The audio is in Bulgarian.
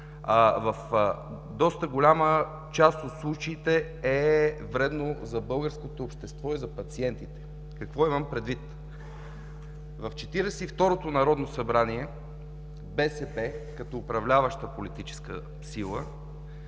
в доста голяма част от случаите е вредно за българското общество и за пациентите. Какво имам предвид? В Четиридесет и второто народно събрание БСП, като управляваща политическа сила,